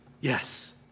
Yes